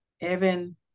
Evan